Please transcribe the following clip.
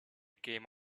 came